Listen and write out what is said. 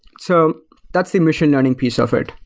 so that's the machine learning piece of it.